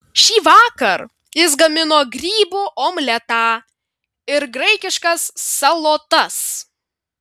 šįvakar jis gamino grybų omletą ir graikiškas salotas